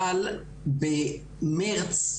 אבל במרץ,